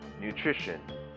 nutrition